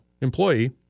employee